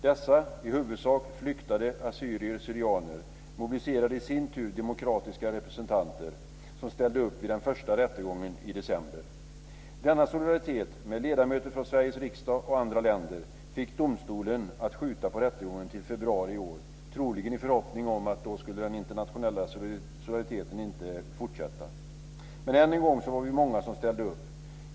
Dessa, i huvudsak flyktade assyrier/syrianer, mobiliserade i sin tur demokratiska representanter som ställde upp vid den första rättegången i december. Denna solidaritet med ledamöter från Sveriges riksdag och andra länder fick domstolen att skjuta på rättegången till februari i år, troligen i förhoppning om att den internationella solidariteten då inte skulle fortsätta. Men än en gång var vi många som ställde upp.